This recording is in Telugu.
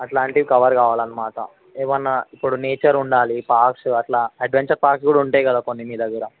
అట్లాంటివి కవర్ కావాలన్నమాట ఏమైనా ఇప్పుడు నేచర్ ఉండాలి పార్క్స్ అట్లా అడ్వెంచర్ పార్క్స్ కూడా ఉంటాయి కదా కొన్ని మీ దగ్గర